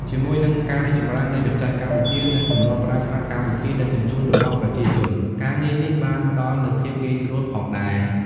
ជាមួយនឹងការរីកចម្រើននៃបច្ចេកវិទ្យា និងទម្លាប់ប្រើប្រាស់កម្មវិធីដឹកជញ្ជូនរបស់ប្រជាជន ការងារនេះបានផ្តល់នូវភាពងាយស្រួលផងដែរ។